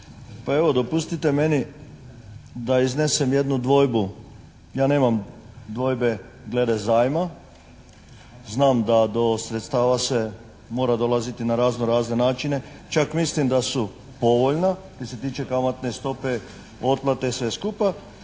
Pa evo dopustite meni da iznesem jednu dvojbu. Ja nemam dvojbe glede zajma. Znam da do sredstava se mora dolaziti na razno razne načine. Čak mislim da su povoljna kaj se tiče kamatne stope, otplate i sve skupa.